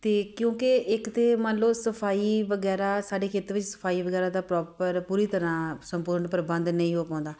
ਅਤੇ ਕਿਉਂਕਿ ਇੱਕ ਤਾਂ ਮੰਨ ਲਓ ਸਫਾਈ ਵਗੈਰਾ ਸਾਡੇ ਖੇਤਰ ਵਿੱਚ ਸਫਾਈ ਵਗੈਰਾ ਦਾ ਪ੍ਰੋਪਰ ਪੂਰੀ ਤਰ੍ਹਾਂ ਸੰਪੂਰਨ ਪ੍ਰਬੰਧ ਨਹੀਂ ਹੋ ਪਾਉਂਦਾ